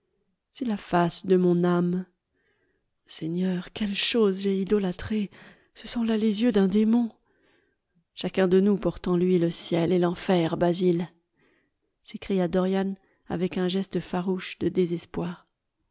c'est la face de mon âme seigneur quelle chose j'ai idolâtrée ce sont là les yeux d'un démon chacun de nous porte en lui le ciel et l'enfer basil s'écria dorian avec un geste farouche de désespoir